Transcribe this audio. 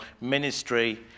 ministry